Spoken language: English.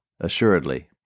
assuredly